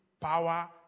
power